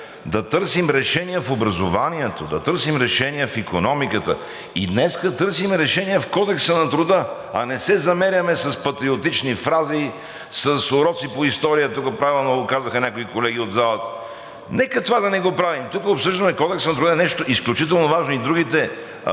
да търсим решения в образованието, да търсим решения в икономиката, и днес търсим решение в Кодекса на труда, а не се замеряме с патриотични фрази, с уроци по история - тук правилно го казаха някои колеги от залата, нека това да не го правим. Тук обсъждаме Кодекса на труда – нещо изключително важно, и другите